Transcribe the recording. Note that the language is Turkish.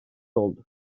doldu